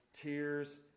tears